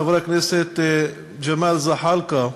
חבר הכנסת ג'מאל זחאלקה,